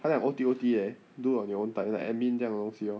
他讲 O_T O_T leh do on your own time like admin 这样的东西 lor